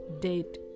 date